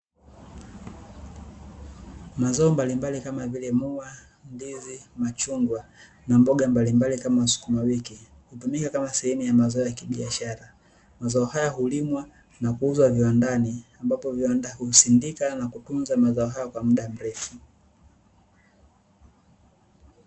Mazao mbalimbali kama vile: muwa, ndizi, machungwa; na mboga mbalimbali kama sukumawiki, hutumika kama sehemu ya mazao ya kibiashara. Mazao haya hulimwa na kuuzwa viwandani, ambapo viwanda husindika na kutunza mazao haya kwa muda mrefu.